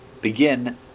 begin